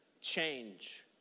change